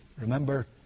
Remember